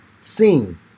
seen